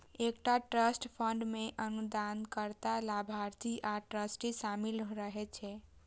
एकटा trust fund मे अनुदानकर्ता, लाभार्थी आ ट्रस्टी शामिल रहै छै